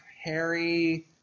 Harry